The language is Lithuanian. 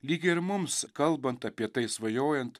lyg ir mums kalbant apie tai svajojant